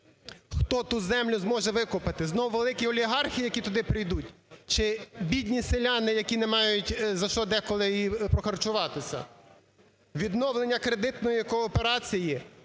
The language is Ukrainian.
Хто ту землю зможе викупити: знову великі олігархи, які туди прийдуть, чи бідні селяни, які не мають за що деколи і прохарчуватися? Відновлення кредитної кооперації,